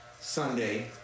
Sunday